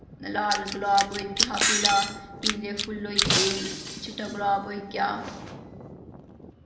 लाल गलाब होई गे हा पीला पीले फुल्ल होई गे चिट्टा गलाब होई गेआ